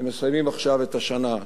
הם מסיימים עכשיו את השנה,